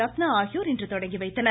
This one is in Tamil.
ரத்னா ஆகியோர் இன்று தொடங்கி வைத்தனர்